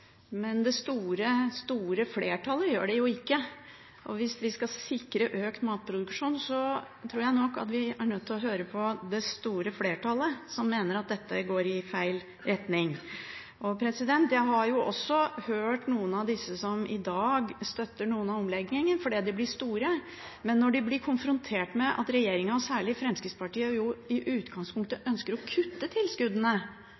men det store, store flertallet gjør det jo ikke. Hvis vi skal sikre økt matproduksjon, tror jeg nok vi er nødt til å høre på det store flertallet, som mener at dette går i feil retning. Jeg har også hørt noen av disse som i dag støtter noen av omleggingene, fordi de blir store, men når de blir konfrontert med at regjeringen, særlig Fremskrittspartiet, i